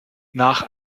nach